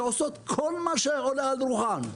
שעושות כל מה שעולה על רוחן.